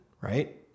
right